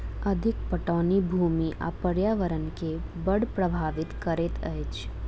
अधिक पटौनी भूमि आ पर्यावरण के बड़ प्रभावित करैत अछि